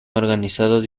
organizados